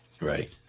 right